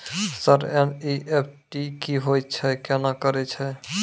Sir NEFT की होय छै, केना करे छै?